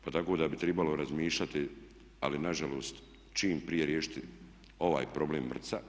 Pa tako da bi tribalo razmišljati, ali na žalost čim prije riješiti ovaj problem MRC-a.